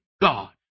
God